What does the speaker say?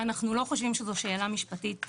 אנחנו לא חושבים שזו שאלה משפטית בלבד.